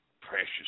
precious